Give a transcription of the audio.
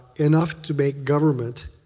enough to make government